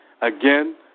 again